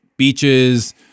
Beaches